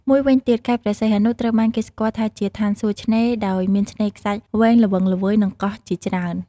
មួយវិញទៀតខេត្តព្រះសីហនុ ត្រូវបានគេស្គាល់ថាជា ឋានសួគ៌ឆ្នេរ ដោយមានឆ្នេរខ្សាច់វែងល្វឹងល្វើយ និងកោះជាច្រើន។